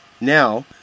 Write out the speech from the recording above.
Now